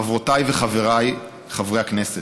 חברותיי וחבריי חברי הכנסת,